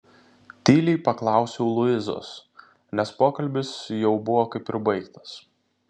tyliai paklausiau luizos nes pokalbis jau buvo kaip ir baigtas